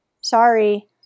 sorry